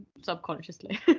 subconsciously